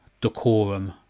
decorum